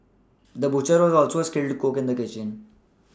the butcher was also a skilled a cook in the kitchen